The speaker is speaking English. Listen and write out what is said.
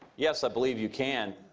yes, i believe you can.